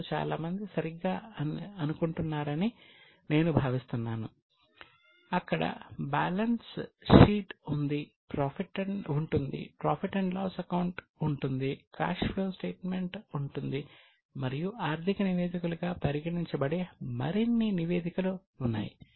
మీలో చాలా మంది సరిగ్గా అనుకుంటున్నారని నేను భావిస్తున్నాను అక్కడ బ్యాలెన్స్ షీట్ స్టేట్మెంట్ ఉంటుంది మరియు ఆర్థిక నివేదికలుగా పరిగణించబడే మరిన్ని నివేదికలు ఉన్నాయి